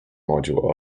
module